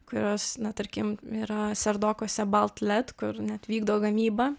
kurios na tarkim mira serdokuose baltlet kur net vykdo gamybą